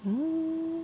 hmm